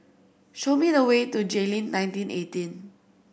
show me the way to Jayleen nineteen eighteen